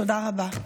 תודה רבה.